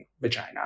vagina